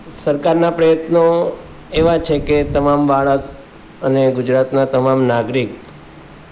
સરકારના પ્રયત્નો એવા છે કે તમામ બાળક અને ગુજરાતના તમામ નાગરિક